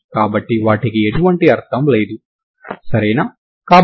కాబట్టి దీని అర్థం ఏమిటి